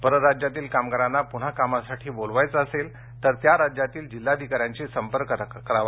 परराज्यातील कामगारांना पुन्हा कामासाठी बोलवायचं असेल तर त्या राज्यातील जिल्हाधिकाऱ्यांशी सम्पर्क करावा